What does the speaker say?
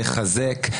לחזק,